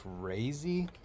crazy